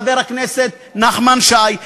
חבר הכנסת נחמן שי,